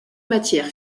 matières